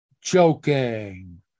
Joking